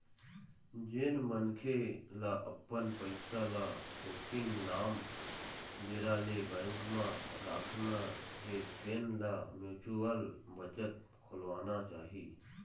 जेन मनखे ल अपन पइसा ल थोकिन लाम बेरा ले बेंक म राखना हे तेन ल म्युचुअल बचत खोलवाना चाही